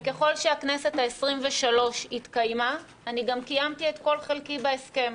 וככל שהכנסת העשרים-ושלוש התקיימה אני גם קיימתי את כל חלקי בהסכם.